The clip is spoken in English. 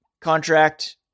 contract